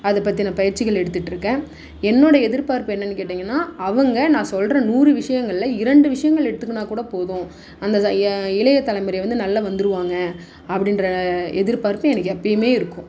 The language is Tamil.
அது பற்றின பயிற்சிகள் எடுத்துட்டுருக்கேன் என்னோடய எதிர்பார்ப்பு என்னென்னு கேட்டிங்கன்னா அவங்க நான் சொல்கிற நூறு விஷியங்களில் இரண்டு விஷயங்கள் எடுத்துக்குனாக்கூட போதும் அந்த த ய இளைய தலைமுறை வந்து நல்லா வந்துருவாங்க அப்படின்ற எதிர்பார்ப்பு எனக்கு எப்போயுமே இருக்கும்